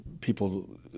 people